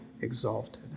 exalted